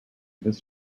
this